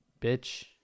bitch